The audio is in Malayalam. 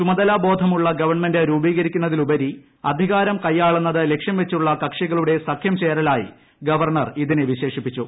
ചുമതലാബോധമുള്ള ഗവൺമെന്റ് രൂപ്പീക്രിക്കുന്നതിൽ ഉപരി അധികാരം കൈയ്യാളുന്നത് ലക്ഷ്യം വച്ചുള്ള കക്ഷികളുടെ സഖ്യം ചേരലായി ഗവർണ്ണർ ഇതിനെ വിശേഷിപ്പിച്ചു